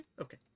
Okay